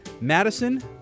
Madison